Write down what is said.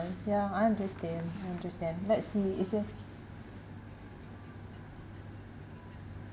ya I understand I understand let's see is there